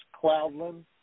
Cloudland